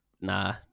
nah